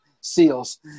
seals